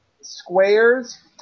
Squares